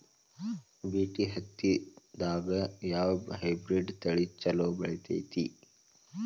BT ಹತ್ತಿದಾಗ ಯಾವ hybrid ತಳಿ ಛಲೋ ಬೆಳಿತೈತಿ?